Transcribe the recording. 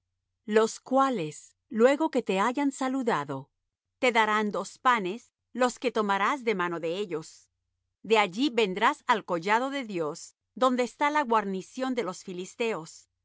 los cuales luego que te hayan saludado te darán dos panes los que tomarás de manos de ellos de allí vendrás al collado de dios donde está la guarnición de los filisteos